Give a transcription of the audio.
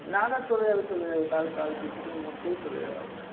না না চলে যাবে চলে যাবে কাল কাল দুপুরের মধ্যেই চলে যাবে আপনার